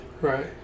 Right